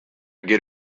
get